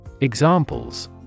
Examples